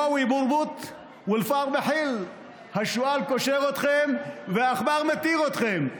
(אומר בערבית ומתרגם:) השועל קושר אתכם והעכבר מתיר אתכם.